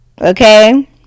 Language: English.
okay